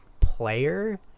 player